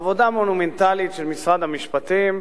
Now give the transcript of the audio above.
עבודה מונומנטלית של משרד המשפטים,